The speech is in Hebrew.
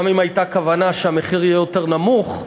גם אם הייתה כוונה שהמחיר יהיה יותר נמוך,